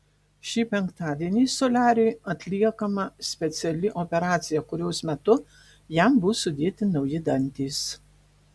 šį penktadienį soliariui atliekama speciali operacija kurios metu jam bus sudėti nauji dantys